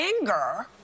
anger